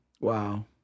Wow